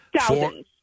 Thousands